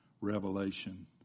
revelation